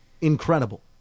incredible